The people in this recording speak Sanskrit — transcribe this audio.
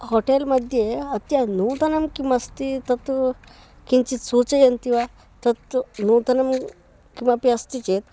होटेल् मध्ये अद्य नूतनं किम् अस्ति तत् किञ्चित् सूचयन्ति वा तत् नूतनं किमपि अस्ति चेत्